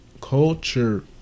culture